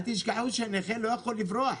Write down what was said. אל תשכחו שנכה לא יכול לברוח